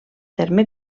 terme